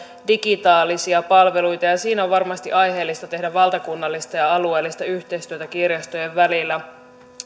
digitaalisia palveluita ja ja siinä on varmasti aiheellista tehdä valtakunnallista ja alueellista yhteistyötä kirjastojen välillä